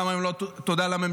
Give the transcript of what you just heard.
למה הם לא אמרו תודה לממשלה.